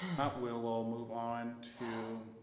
not will we'll move on to